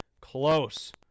close